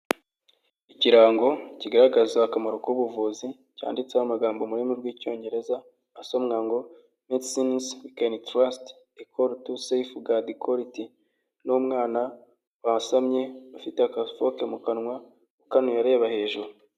ikirango kigaragaza akamaro k'ubuvuzi cyanditseho amagambo mu rurimi rw'Icyongereza asomwa ngo medesine wi keni tarasite ekoru tu sefugadi kwariti n'umwana basamye ufite agafoke mu kanwa ukanuye areba hejuru.